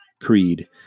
creed